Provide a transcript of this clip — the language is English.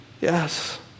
Yes